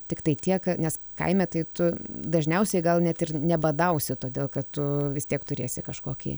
tiktai tiek nes kaime tai tu dažniausiai gal net ir nebadausi todėl kad tu vis tiek turėsi kažkokį